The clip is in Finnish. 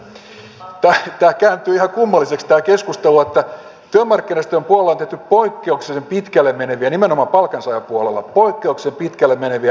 kääntyy ihan kummalliseksi tämä keskustelu että työmarkkinajärjestöjen puolella on tehty poikkeuksellisen pitkälle meneviä nimenomaan palkansaajapuolella ehdotuksia